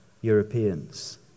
Europeans